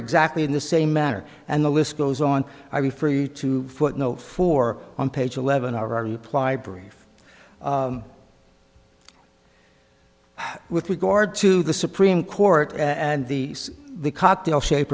exactly in the same manner and the list goes on i refer you to footnote four on page eleven are reply brief with regard to the supreme court and the the cocktail shape